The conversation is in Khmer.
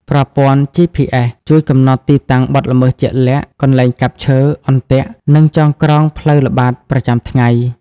ប្រព័ន្ធ GPS ជួយកំណត់ទីតាំងបទល្មើសជាក់លាក់ កន្លែងកាប់ឈើ អន្ទាក់ និងចងក្រងផ្លូវល្បាតប្រចាំថ្ងៃ។